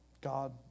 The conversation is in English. God